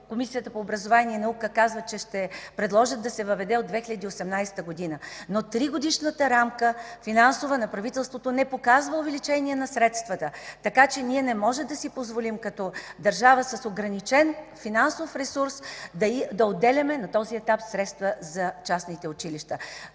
Комисията по образованието и науката казаха, че ще предложат да се въведе от 2018 г. Но тригодишната финансова рамка на правителството не показва увеличение на средствата, така че не можем да си позволим като държава с ограничен финансов ресурс да отделяме на този етап средства за частните училища.